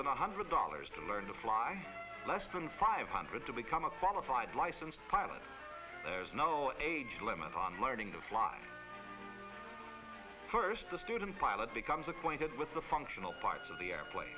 than one hundred dollars to learn to fly less than five hundred to become a qualified licensed pilot there's no age limit on learning to fly first the student pilot becomes acquainted with the functional parts of the airplane